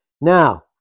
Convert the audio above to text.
now